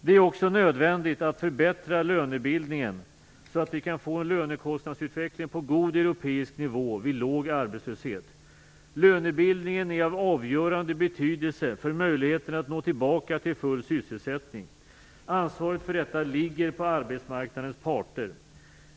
Det är också nödvändigt att förbättra lönebildningen så att vi kan få en lönekostnadsutveckling på god europeisk nivå vid låg arbetslöshet. Lönebildningen är av avgörande betydelse för möjligheterna att nå tillbaka till full sysselsättning. Ansvaret för detta ligger på arbetsmarknadens parter.